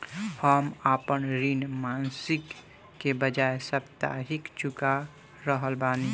हम आपन ऋण मासिक के बजाय साप्ताहिक चुका रहल बानी